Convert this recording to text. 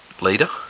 leader